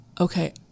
okay